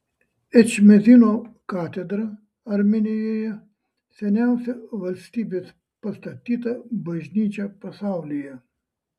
ečmiadzino katedra armėnijoje seniausia valstybės pastatyta bažnyčia pasaulyje